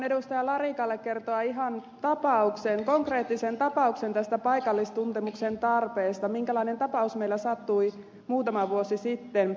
larikalle kertoa ihan konkreettisen tapauksen tästä paikallistuntemuksen tarpeesta minkälainen tapaus meillä sattui muutama vuosi sitten